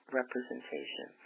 representation